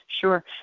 sure